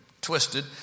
twisted